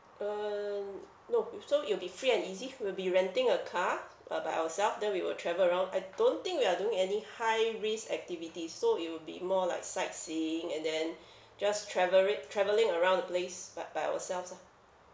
uh n~ no we've so it'll be free and easy we'll be renting a car uh by ourself then we will travel around I don't think we are doing any high risk activities so it will be more like sightseeing and then just traveri~ travelling around the place ba~ by ourselves lah